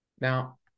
Now